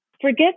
Forget